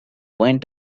went